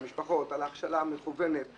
למשפחות, על ההכשלה המכוונת.